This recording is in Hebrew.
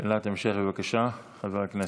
שאלת המשך, בבקשה, חבר הכנסת.